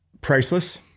priceless